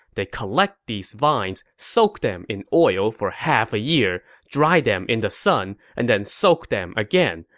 they collect these vines, soak them in oil for half a year, dry them in the sun, and then soak them again.